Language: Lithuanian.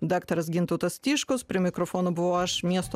daktaras gintautas tiškus prie mikrofono buvau aš miesto